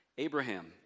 Abraham